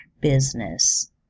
business